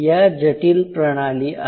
या जटिल प्रणाली आहेत